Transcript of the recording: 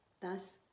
Thus